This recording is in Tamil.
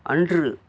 அன்று